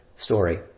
story